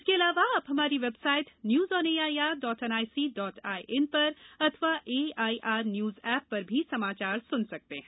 इसके अलावा आप हमारी website news on A I R dot N I C dot I N पर अथवा A I R news app पर भी समाचार सुन सकते हैं